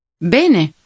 Bene